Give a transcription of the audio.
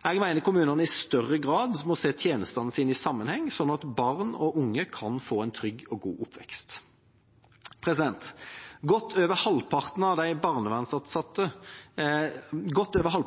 Jeg mener kommunene i større grad må se tjenestene sine i sammenheng, sånn at barn og unge kan få en trygg og god oppvekst. Godt over halvparten av de